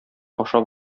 ашап